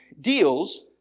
deals